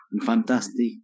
fantastic